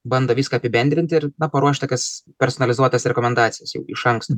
bando viską apibendrinti ir na paruošt tokias personalizuotas rekomendacijas jau iš anksto